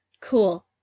cool